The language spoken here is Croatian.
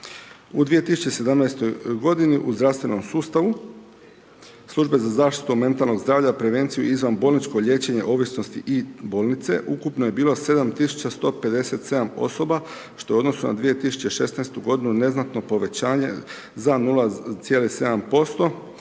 U 2017. g. u zdravstvenom sustavu Služba za zaštitu mentalnog zdravlja, prevenciju i izvanbolničko liječenje ovisnosti i bolnice, ukupno je bilo 7157 osoba što je u odnosu na 2016. g. neznatno povećanje za 0,7%